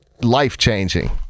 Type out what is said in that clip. life-changing